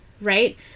right